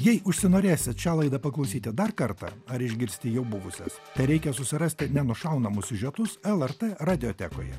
jei užsinorėsit šią laidą paklausyti dar kartą ar išgirsti jau buvusias tereikia susirasti nenušaunamus siužetus lrt radiotekoje